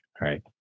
right